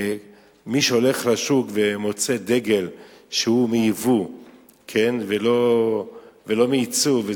ומי שהולך לשוק ומוצא דגל שהוא מיבוא ולא מייצור,